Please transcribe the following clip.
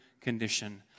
condition